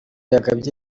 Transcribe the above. yagabye